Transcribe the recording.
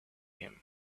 him